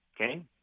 Okay